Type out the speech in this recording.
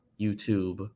YouTube